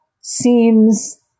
seems